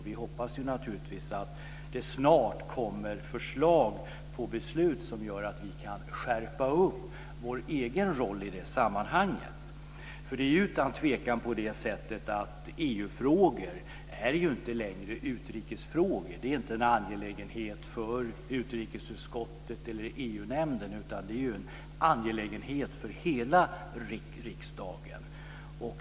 Vi hoppas naturligtvis att det snart kommer förslag till beslut som gör att vi kan skärpa vår egen roll i det sammanhanget. Det är ju utan tvekan så att EU-frågor inte längre är utrikesfrågor. De är inte en angelägenhet för utrikesutskottet eller EU nämnden, utan de är en angelägenhet för hela riksdagen.